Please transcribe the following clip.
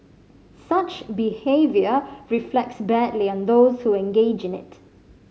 such behaviour reflects badly on those who engage in it